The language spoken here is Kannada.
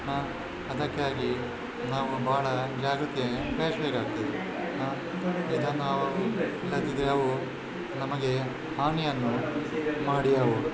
ಅದಕ್ಕಾಗಿ ನಾವು ಭಾಳ ಜಾಗೃತೆ ವಹಿಸಬೇಕಾಗ್ತದೆ ಈಗ ನಾವು ಇಲ್ಲದಿದ್ದರೆ ಅವು ನಮಗೆ ಹಾನಿಯನ್ನು ಮಾಡಿಯಾವು